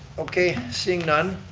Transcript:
okay, seeing none,